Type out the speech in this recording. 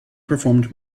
performed